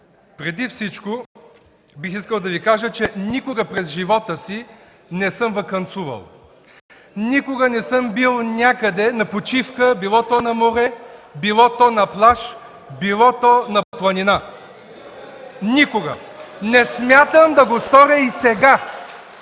Преди всичко бих искал да Ви кажа, че никога през живота си не съм ваканцувал, никога не съм бил някъде на почивка било то на море, било то на плаж, било то на планина. Никога! Не смятам да го сторя и сега.